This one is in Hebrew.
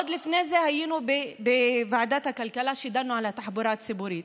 לפני זה היינו בוועדת הכלכלה שדנה על התחבורה הציבורית.